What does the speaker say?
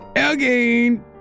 Again